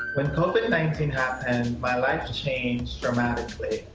when covid nineteen happened, my life changed dramatically